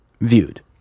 Viewed